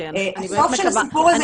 הסוף של הסיפור הזה,